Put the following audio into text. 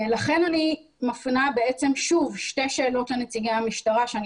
לכן אני מפנה שוב שתי שאלות לנציגי המשטרה ואני